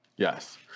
Yes